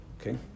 Okay